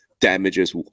damages